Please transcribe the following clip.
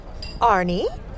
Arnie